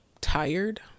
tired